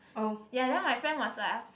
ya then my friend was like